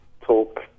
talk